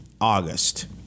August